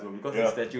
ya